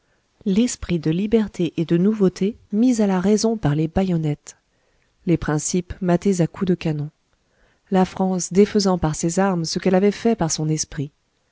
l'esprit de liberté et de nouveauté mis à la raison par les bayonnettes les principes matés à coups de canon la france défaisant par ses armes ce qu'elle avait fait par son esprit